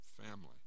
family